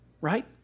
right